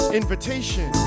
invitation